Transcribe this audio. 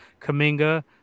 Kaminga